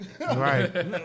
Right